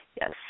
Yes